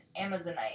Amazonite